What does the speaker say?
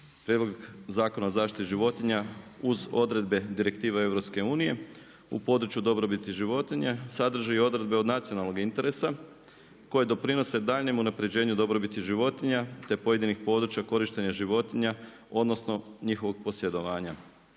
Prijedlog zakona o zaštiti životinja uz odredbe direktive EU, u području dobrobiti životinja, sadrži i odredbe od nacionalnog interesa, koje doprinose danjem unaprijeđenu dobrobiti životinja, te pojedinih područja, korištenje životinja, odnosno njihovog posjedovanja.